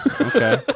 Okay